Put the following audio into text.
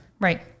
Right